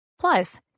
Plus